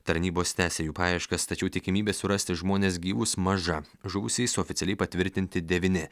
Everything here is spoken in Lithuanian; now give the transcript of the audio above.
tarnybos tęsia jų paieškas tačiau tikimybė surasti žmones gyvus maža žuvusiais oficialiai patvirtinti devyni